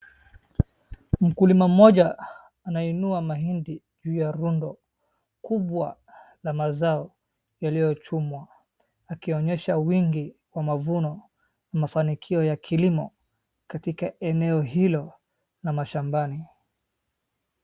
Mkulima mmoja anainua mahindi juu ya rundo kubwa la mazao yaliyochumwa akionyesha wingi wa mavuno, mafanikio ya kilimo katika eneo hilo na mashambani.